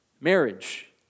Marriage